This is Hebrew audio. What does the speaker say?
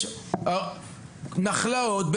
נחלאות,